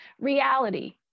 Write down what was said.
reality